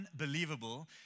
unbelievable